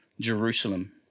Jerusalem